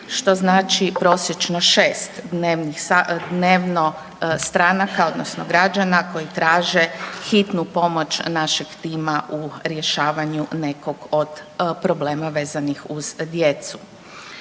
što znači prosječno 6 dnevno stranaka, odnosno građana koji traže hitnu pomoć našeg tima u rješavanju nekog od problema vezanih uz djecu.